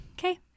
okay